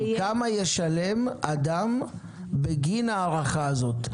כמה ישלם אדם בגין ההארכה הזאת?